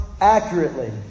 accurately